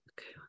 Okay